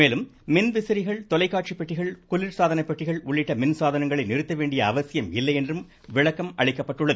மேலும் மின்விசிறிகள் தொலைக்காட்சிப் பெட்டிகள் குளிர்சாதனப்பெட்டிகள் உள்ளிட்ட மின்சாதனைங்களை நிறுத்த வேண்டிய அவசியம் இல்லை என்றும் விளக்கமளிக்கப்பட்டுள்ளது